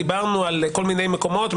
דיברנו על כל מיני מקומות,